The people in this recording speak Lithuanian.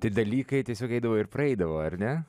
tai dalykai tiesiog eidavo ir praeidavo ar ne